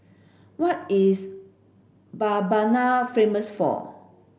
what is Mbabana famous for